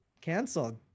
canceled